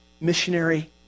missionary